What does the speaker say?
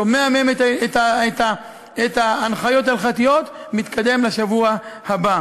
שומע מהם את ההנחיות ההלכתיות ומתקדם לשבוע הבא.